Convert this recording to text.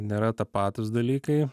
nėra tapatūs dalykai